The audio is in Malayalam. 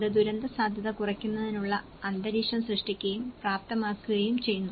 അത് ദുരന്തസാധ്യത കുറയ്ക്കുന്നതിനുള്ള അന്തരീക്ഷം സൃഷ്ടിക്കുകയും പ്രാപ്തമാക്കുകയും ചെയ്യുന്നു